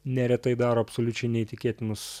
neretai daro absoliučiai neįtikėtinus